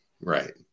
Right